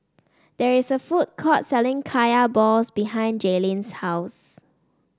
there is a food court selling Kaya Balls behind Jaelyn's house